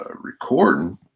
recording